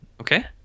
Okay